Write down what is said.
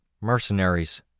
Mercenaries